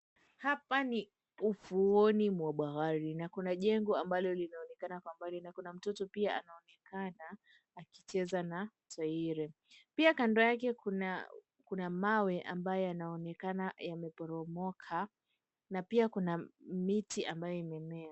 Hapa ni ufuoni kwa bahari na kuna jengo ambalo linaonekana kwa mbali na kuna mtoto anaonekana akicheza na tairi pia kando yake kuna mawe ambayo yanaonekana yameporomoka na pia kuna miti ambayo imemea.